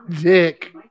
Dick